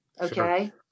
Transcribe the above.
Okay